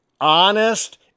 honest